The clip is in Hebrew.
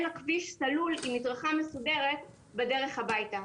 לה כביש סלול עם מדרכה מסודרת בדרך הביתה.